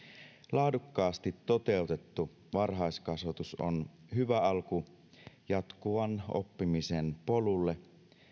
laadukkaasti toteutettu varhaiskasvatus on hyvä alku jatkuvan oppimisen polulle